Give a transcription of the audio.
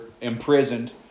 imprisoned